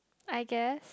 I guess